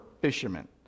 fisherman